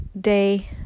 day